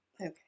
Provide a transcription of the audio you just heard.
Okay